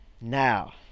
Now